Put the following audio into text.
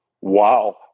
wow